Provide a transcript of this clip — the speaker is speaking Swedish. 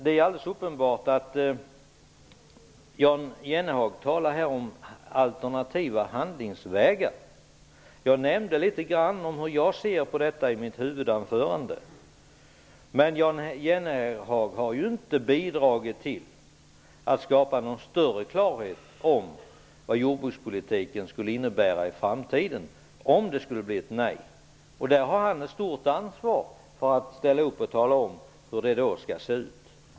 Det är alldeles uppenbart att Jan Jennehag talar om alternativa handlingsvägar. Jag nämnde i mitt huvudanförande litet grand om hur jag ser på detta. Men Jan Jennehag har inte bidragit till att skapa någon större klarhet i vad jordbrukspolitiken skulle innebära i framtiden om det skulle bli ett nej. Han har ett stort ansvar att tala om hur det då skall se ut.